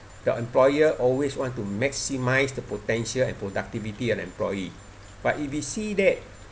the employer always want to maximise the potential and productivity an employee but if you see that